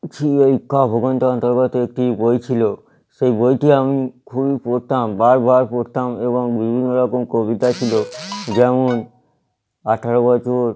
ছি এই কাব্যগন্থ অন্তর্গত একটি বই ছিল সেই বইটি আমি খুবই পড়তাম বারবার পড়তাম এবং বিভিন্ন রকম কবিতা ছিল যেমন আঠারো বছর